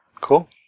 Cool